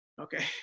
Okay